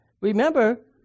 Remember